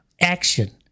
action